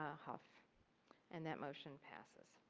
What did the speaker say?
ah hough and that motion passes.